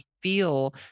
feel